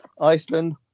Iceland